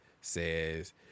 says